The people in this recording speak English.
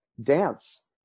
Dance